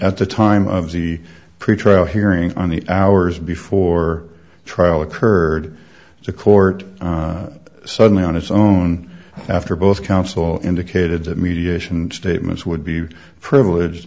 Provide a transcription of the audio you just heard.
at the time of the pretrial hearing on the hours before trial occurred the court suddenly on its own after both counsel indicated that mediation statements would be privileged